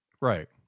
right